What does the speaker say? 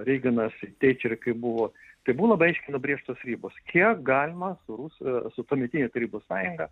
reiganas ir tečer kaip buvo tai buvo labai aiškiai nubrėžtos ribos kiek galima su rus su tuometine tarybų sąjunga